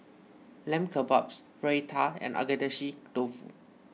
Lamb Kebabs Raita and Agedashi Dofu